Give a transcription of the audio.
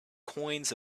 coins